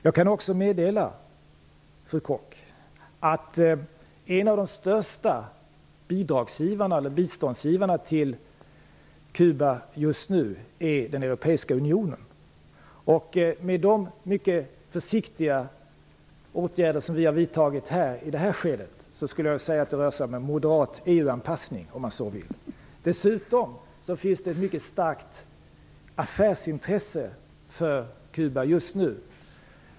Jag kan också meddela fru Koch att en av de största biståndsgivarna till Kuba just nu är den europeiska unionen. Med de mycket försiktiga åtgärder som vi har vidtagit i det här skedet skulle man kunna säga att det rör sig om en moderat EU-anpassning om man så vill. Det finns dessutom ett mycket starkt affärsintresse för Kuba just nu.